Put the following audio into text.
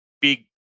big